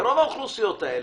רוב האוכלוסיות האלה,